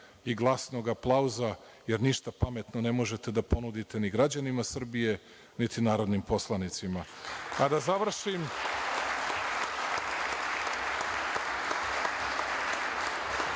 i glasnog aplauza jer ništa pametno ne možete da ponudite ni građanima Srbije niti narodnim poslanicima. Da završim,